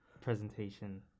presentation